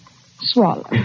Swallow